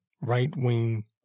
right-wing